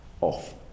off